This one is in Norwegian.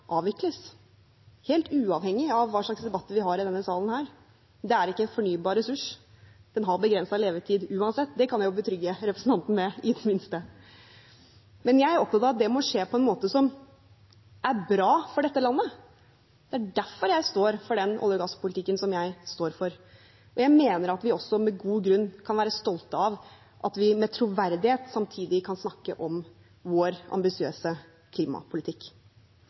avvikles – helt uavhengig av hva slags debatter vi har i denne salen. Det er ikke en fornybar ressurs. Den har begrenset levetid uansett. Det kan jeg betrygge representanten med i det minste. Men jeg er opptatt av at det må skje på en måte som er bra for dette landet. Det er derfor jeg står for den olje- og gasspolitikken som jeg står for, og jeg mener at vi også med god grunn kan være stolte av at vi med troverdighet samtidig kan snakke om vår ambisiøse klimapolitikk.